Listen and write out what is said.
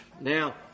Now